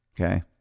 okay